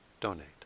donate